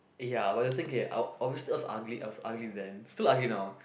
ya but the thing k i i was ugly also ugly then still ugly now